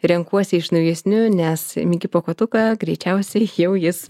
renkuosi iš naujesniųjų nes mikė pūkuotukas greičiausiai jau jis